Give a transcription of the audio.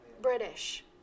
British